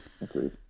Agreed